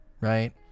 right